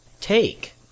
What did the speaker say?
take